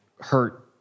hurt